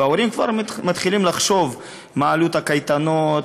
וההורים כבר מתחילים לחשב את עלות הקייטנות,